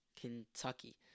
Kentucky